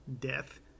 death